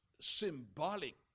symbolic